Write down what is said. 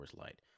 Light